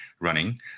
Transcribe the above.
running